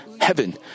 heaven